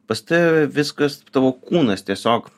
pas tave viskas tavo kūnas tiesiog